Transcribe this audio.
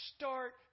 Start